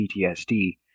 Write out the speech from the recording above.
PTSD